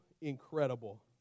incredible